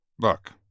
look